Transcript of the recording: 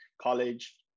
college